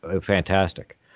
fantastic